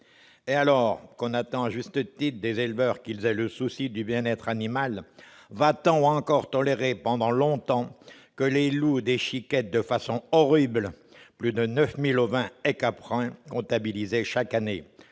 ? Alors que l'on attend à juste titre des éleveurs qu'ils aient le souci du bien-être animal, va-t-on encore tolérer pendant longtemps que les loups déchiquètent de façon horrible plus de 9 000 ovins et caprins chaque année,